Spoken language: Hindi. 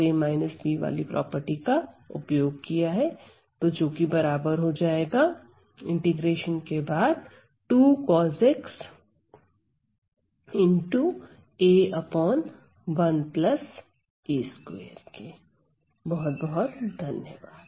a धन्यवाद